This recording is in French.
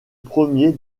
premier